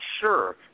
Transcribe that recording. sure